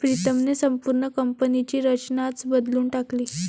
प्रीतमने संपूर्ण कंपनीची रचनाच बदलून टाकली